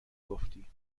گفتی